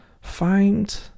find